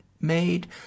made